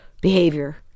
Behavior